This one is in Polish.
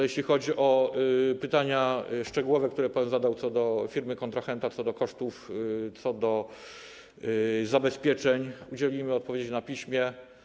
Jeśli chodzi o pytania szczegółowe, które pan zadał, co do firmy kontrahenta, co do kosztów, co do zabezpieczeń, udzielimy odpowiedzi na piśmie.